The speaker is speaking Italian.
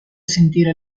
sentire